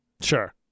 sure